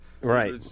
Right